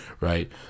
right